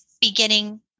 beginning